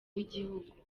w’igihugu